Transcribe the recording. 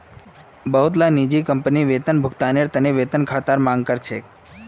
बहुतला निजी कंपनी वेतन भुगतानेर त न वेतन खातार मांग कर छेक